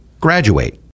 graduate